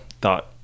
thought